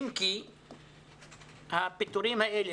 אם כי הפיטורים האלה,